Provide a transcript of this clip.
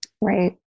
Right